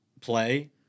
play